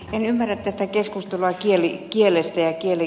en ymmärrä tätä keskustelua kielestä ja kielitesteistä